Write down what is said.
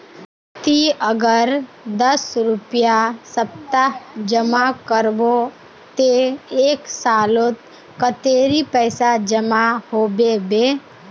ती अगर दस रुपया सप्ताह जमा करबो ते एक सालोत कतेरी पैसा जमा होबे बे?